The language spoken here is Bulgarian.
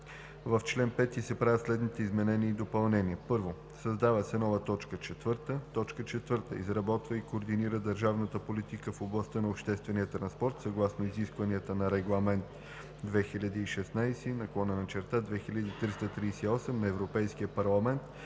В чл. 5 се правят следните изменения и допълнения: 1. Създава се нова т. 4: „4. изработва и координира държавната политика в областта на обществения транспорт съгласно изискванията на Регламент (ЕС) 2016/2338 на Европейския парламент